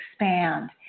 expand